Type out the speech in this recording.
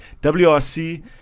WRC